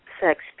sex